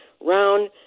round